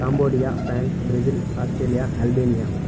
Cambodia France Brazil Australia Albania